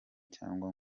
cyangwa